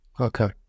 Okay